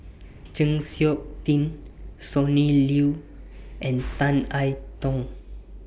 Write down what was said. Chng Seok Tin Sonny Liew and Tan I Tong